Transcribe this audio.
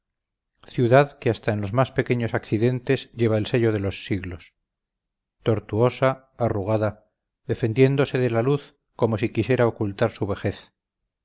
ciudad que hasta en los más pequeños accidentes lleva el sello de los siglos tortuosa arrugada defendiéndose de la luz como si quisiera ocultar su vejez